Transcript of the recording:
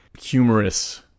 humorous